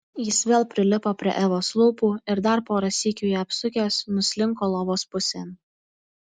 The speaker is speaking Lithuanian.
jis vėl prilipo prie evos lūpų ir dar porą sykių ją apsukęs nuslinko lovos pusėn